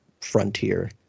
frontier